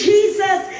Jesus